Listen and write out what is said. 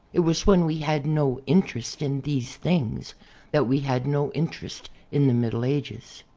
it was when we had no interest in these things that we had no interest in the middle ages.